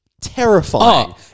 terrifying